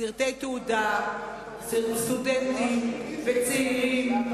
סרטי תעודה, סרטי סטודנטים וצעירים.